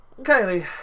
Kylie